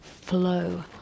flow